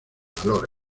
valor